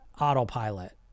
autopilot